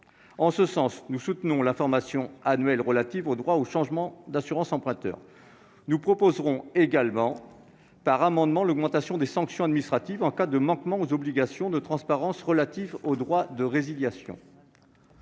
En ce sens, nous soutenons l'information annuelle relative au droit au changement d'assurance emprunteur. Nous proposerons également, par amendement, l'augmentation des sanctions administratives en cas de manquement aux obligations de transparence relatives au droit de résiliation.